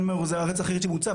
זה הרצח היחיד שבוצע,